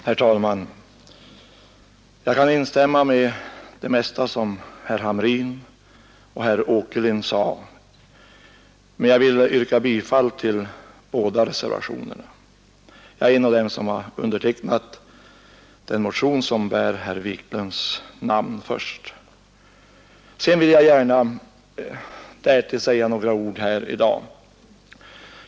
Herr talman! Jag kan instämma i det mesta av vad herrar Hamrin och Åkerlind sade, men jag vill yrka bifall till båda reservationerna. Jag är en av dem som har undertecknat den motion som har herr Wiklund i Stockholm såsom första namn. Utöver detta vill jag säga några ord här i dag.